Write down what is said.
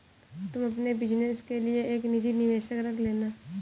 तुम अपने बिज़नस के लिए एक निजी निवेशक रख लेना